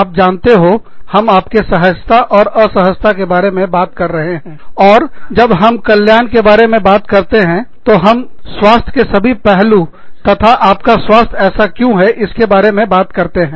आप जानते हो हम आपके सहजता और असहजता के बारे में बात कर रहे हैंऔर जब हम कल्याण के बारे में बात करते हैंतो हम स्वास्थ्य के सभी पहलू तथा आपका स्वास्थ्य ऐसा क्यों है इसके बारे में बात करते हैं